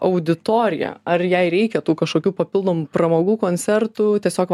auditorija ar jai reikia tų kažkokių papildomų pramogų koncertų tiesiog